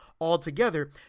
altogether